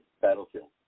Battlefield